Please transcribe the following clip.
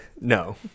No